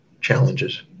challenges